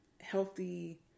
healthy